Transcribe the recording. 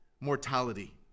mortality